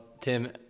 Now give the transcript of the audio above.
Tim